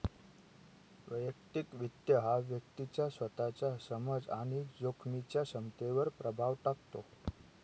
वैयक्तिक वित्त हा व्यक्तीच्या स्वतःच्या समज आणि जोखमीच्या क्षमतेवर प्रभाव टाकतो